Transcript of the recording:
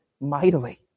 mightily